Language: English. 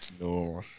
No